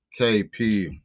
KP